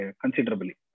considerably